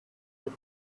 give